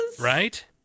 Right